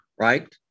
Right